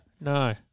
No